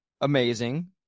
amazing